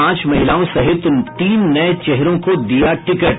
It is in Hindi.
पांच महिलाओं सहित तीन नये चेहरों को दिया टिकट